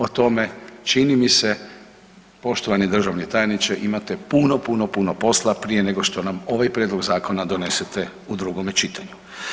O tome čini mi se poštovani državni tajniče imate puno, puno posla prije nego što nam ovaj prijedlog zakona donesete u drugom čitanju.